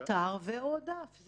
אתר ו/או דף.